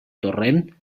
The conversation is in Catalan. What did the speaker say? torrent